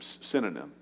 synonym